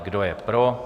Kdo je pro?